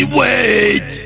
wait